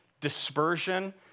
dispersion